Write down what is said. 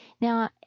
Now